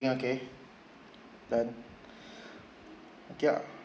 then okay done okay uh